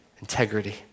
Integrity